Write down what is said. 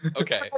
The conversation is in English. Okay